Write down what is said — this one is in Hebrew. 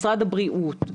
משרד הבריאות,